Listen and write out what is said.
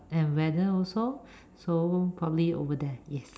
and weather also so probably over there yes